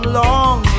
long